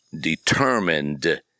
determined